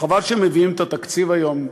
חבל שמביאים את התקציב היום,